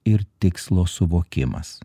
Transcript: ir tikslo suvokimas